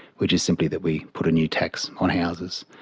which is simply that we put a new tax on houses.